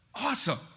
Awesome